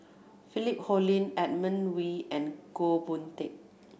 Philip Hoalim Edmund Wee and Goh Boon Teck